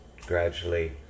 gradually